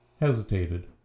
hesitated